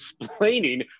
explaining